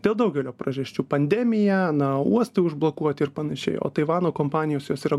dėl daugelio priežasčių pandemija na uostai užblokuoti ir panašiai o taivano kompanijos jos yra